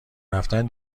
رفتن